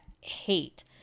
hate